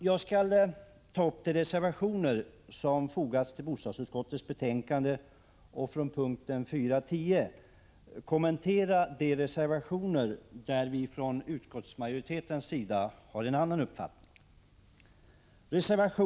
Jag skall ta upp de reservationer som fogats till bostadsutskottets betänkande och från punkt 4.10 kommentera de reservationer där vi från utskottsmajoritetens sida har en annan uppfattning än reservanterna.